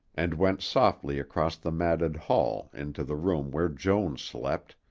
and went softly across the matted hall into the room where joan slept,